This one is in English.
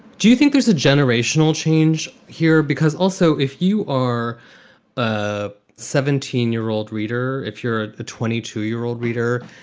do you think there's a generational change here? because also, if you are a seventeen year old reader, if you're a twenty two year old reader.